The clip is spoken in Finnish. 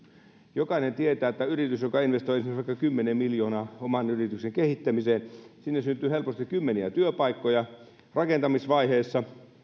jokainen tietää että yritykseen joka investoi vaikka kymmenen miljoonaa oman yrityksen kehittämiseen syntyy helposti kymmeniä työpaikkoja rakentamisvaiheessa